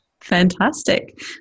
fantastic